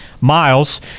miles